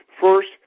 First